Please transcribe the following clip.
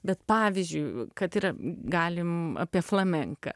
bet pavyzdžiui kad ir galim apie flamenką